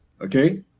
Okay